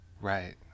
Right